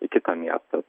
į kitą miestą